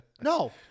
No